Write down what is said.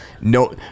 no